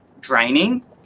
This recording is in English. draining